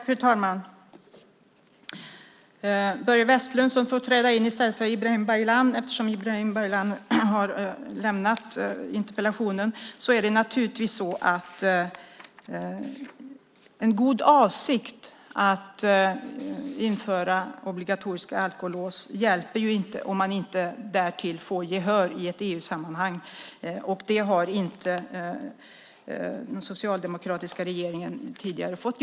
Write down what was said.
Fru talman! Börje Vestlund, som får träda in i stället för Ibrahim Baylan som har lämnat interpellationsdebatten: Det är naturligtvis så att den goda avsikten att införa obligatoriska alkolås inte hjälper om man inte därtill får gehör i ett EU-sammanhang, och det har den socialdemokratiska regeringen tidigare inte fått.